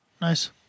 Nice